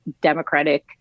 Democratic